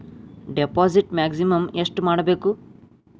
Deposit maximum ಎಷ್ಟು ಮಾಡಬೇಕು?